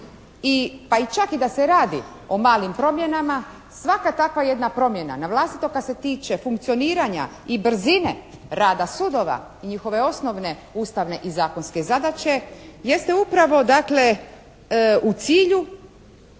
pa i čak da se radi o malim promjenama svaka takva jedna promjena navlastito kad se tiče funkcioniranja i brzine rada sudova i njihove osnovne ustavne i zakonske zadaće jeste upravo dakle